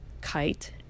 kite